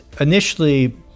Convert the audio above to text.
initially